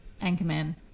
Anchorman